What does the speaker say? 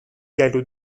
گلو